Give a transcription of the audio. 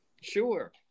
Sure